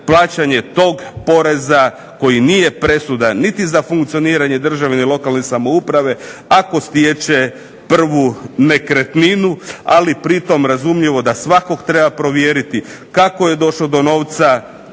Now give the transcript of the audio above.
plaćanja tog poreza koji nije presudan niti za funkcioniranje države ni lokalne samouprave ako stječe prvu nekretninu, ali pritom razumljivo da svakog treba provjeriti kako je došao do novca.